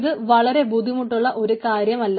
ഇത് വളരെ ബുദ്ധിമുട്ടുള്ള ഒരു കാര്യമല്ല